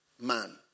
man